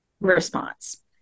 response